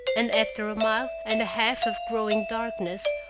and after a mile and a half of growing darkness,